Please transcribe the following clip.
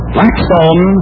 Blackstone